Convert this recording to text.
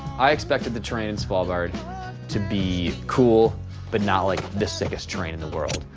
i expected the terrain in svalbard to be cool but not like the sickest terrain in the world.